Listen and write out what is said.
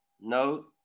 No